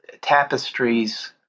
tapestries